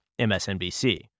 MSNBC